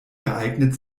geeignet